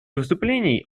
выступлений